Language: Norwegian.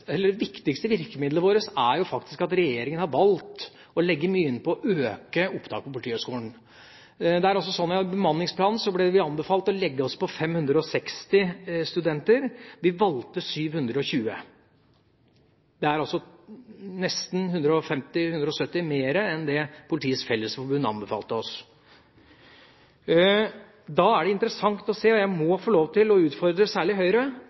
viktigste virkemidlet vårt faktisk er at regjeringa har valgt å legge mye inn på å øke opptaket til Politihøgskolen. Det er også slik at i bemanningsplanen ble vi anbefalt å legge oss på 560 studenter; vi valgte 720. Det er 150–170 mer enn det Politiets Fellesforbund anbefalte oss. Jeg må få lov til å